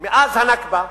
מאז ה"נכבה"